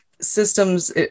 systems